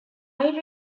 eye